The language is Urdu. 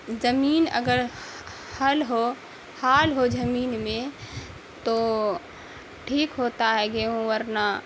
زمین اگر ہل ہو ہال ہو زمین میں تو ٹھیک ہوتا ہے گیہوں ورنہ